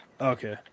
okay